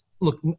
Look